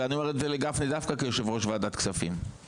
ואני אומר את זה לגפני דווקא כיושב ראש ועדת כספים,